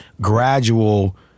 gradual